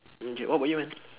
okay what about you man